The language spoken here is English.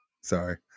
Sorry